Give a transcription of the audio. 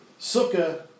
sukkah